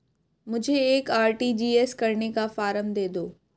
मुझे एक आर.टी.जी.एस करने का फारम दे दो?